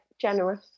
generous